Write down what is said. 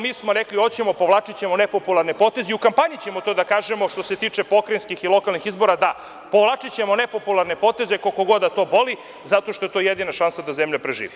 Mi smo rekli - hoćemo, povlačićemo nepopularne poteze i u kampanji ćemo to da kažemo, što se tiče pokrajinskihi lokalnih izbora, da, povlačićemo nepopularne poteze, koliko god da to boli, zato što je to jedina šansa da zemlja preživi.